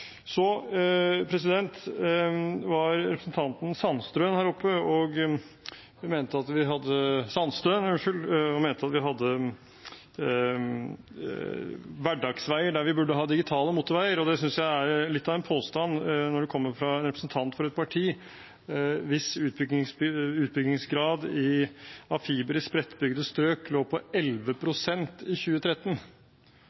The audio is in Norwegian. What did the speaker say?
Representanten Sandtrøen mente at vi hadde hverdagsveier der vi burde ha digitale motorveier. Det synes jeg er litt av en påstand når det kommer fra en representant for et parti hvis utbyggingsgrad av fiber i spredtbygde strøk lå på